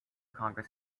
congress